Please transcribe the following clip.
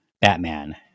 Batman